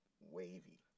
Wavy